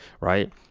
right